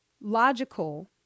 logical